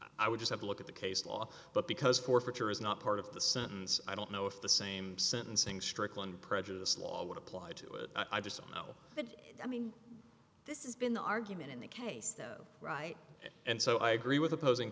i would just have to look at the case law but because forfeiture is not part of the sentence i don't know if the same sentencing strickland prejudice law would apply to it i just know that i mean this is been the argument in the case though right and so i agree with opposing